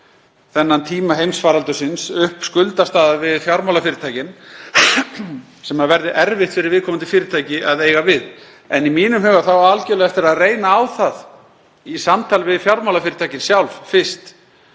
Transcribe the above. þennan tíma heimsfaraldursins upp sú skuldastaða við fjármálafyrirtækin sem erfitt verði fyrir viðkomandi fyrirtæki að eiga við. En í mínum huga á algjörlega eftir að reyna á það í samtali við fjármálafyrirtækin sjálf fyrst